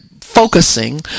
focusing